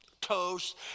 toast